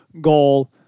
goal